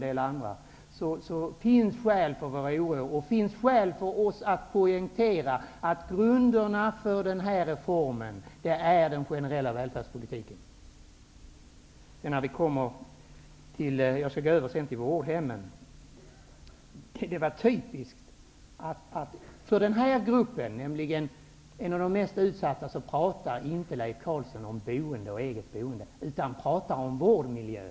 Det finns skäl för vår oro, och det finns skäl för oss att poängtera att grunderna för den här reformen är den generella välfärdspolitiken. Sedan vill jag gå över till vårdhemmen. När det gäller den här gruppen -- en av de mest utsatta -- pratar inte Leif Carlson om boende och eget boende, utan han pratar om vårdmiljö.